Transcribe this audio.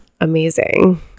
amazing